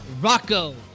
Rocco